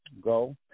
go